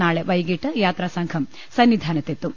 നാളെ വൈകീട്ട് യാത്രാസംഘം സന്നിധാനത്ത് എത്തും